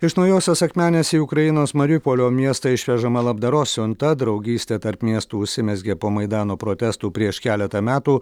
iš naujosios akmenės į ukrainos mariupolio miestą išvežama labdaros siunta draugystė tarp miestų užsimezgė po maidano protestų prieš keletą metų